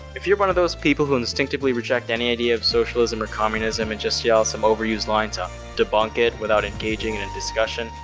if you're one of those people who instinctively reject any idea of socialism or communism and just yell out some overused line to debunk it without engaging in a discussion,